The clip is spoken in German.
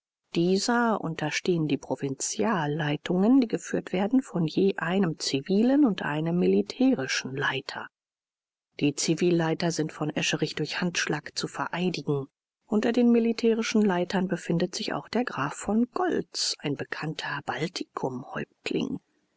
dieser unterstehen die provinzialleitungen die geführt werden von je einem zivilen und einem militärischen leiter die zivilleiter sind von escherich durch handschlag zu vereidigen unter den militärischen leitern befindet sich auch der graf von der goltz ein bekannter baltikumer-häuptling